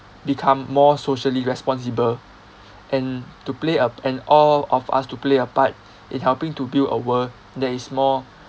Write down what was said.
become more socially responsible and to play a and all of us to play a part in helping to build a world that is more